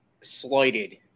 slighted